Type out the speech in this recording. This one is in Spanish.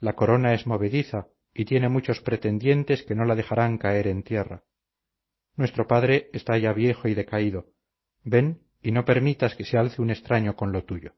la corona es movediza y tiene muchos pretendientes que no la dejarán caer en tierra nuestro padre está ya viejo y decaído ven y no permitas que se alce un extraño con lo tuyo